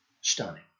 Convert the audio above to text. stunning